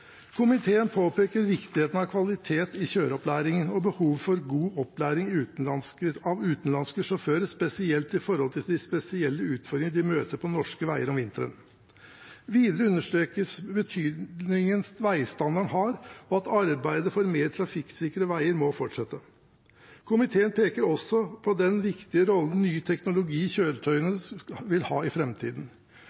Komiteen påpeker viktigheten av kvalitet i kjøreopplæringen og behovet for god opplæring av utenlandske sjåfører, spesielt med hensyn til de spesielle utfordringene de møter på norske veier om vinteren. Videre understrekes betydningen veistandarden har, og at arbeidet for mer trafikksikre veier må fortsette. Komiteen peker også på den viktige rollen ny teknologi i kjøretøyene